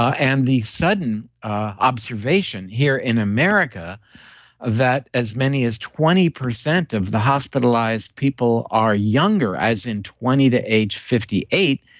ah and the sudden observation here in america that as many as twenty percent of the hospitalized people are younger, as in twenty the age fifty eight,